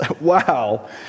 wow